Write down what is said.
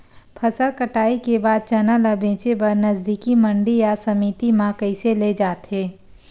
फसल कटाई के बाद चना ला बेचे बर नजदीकी मंडी या समिति मा कइसे ले जाथे?